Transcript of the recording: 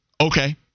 Okay